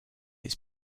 its